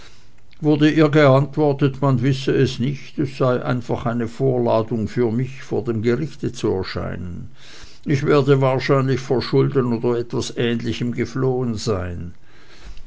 wurde ihr geantwortet man wisse es nicht es sei einfach eine vorladung für mich vor dem gerichte zu erscheinen ich werde wahrscheinlich vor schulden oder etwas ähnlichem geflohen sein